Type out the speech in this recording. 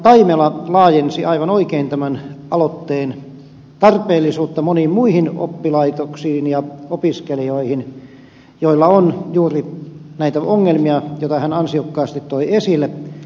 taimela laajensi aivan oikein tämän aloitteen tarpeellisuutta moniin muihin oppilaitoksiin ja opiskelijoihin joilla on juuri näitä ongelmia joita hän ansiokkaasti toi esille